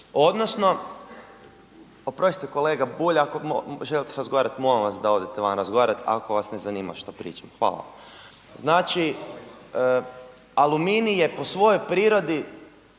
odnosno oprostite kolega Bulj, ako želite razgovarati, molim vas da odete van razgovarat ako vas ne zanima šta pričam, hvala. Znači aluminij je po svojoj prirodi